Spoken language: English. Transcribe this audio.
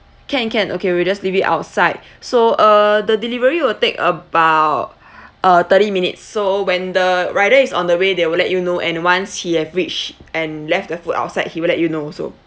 can can okay we'll just leave it outside so uh the delivery will take about uh thirty minutes so when the rider is on the way they will let you know and once he have reached and left the food outside he will let you know also